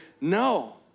no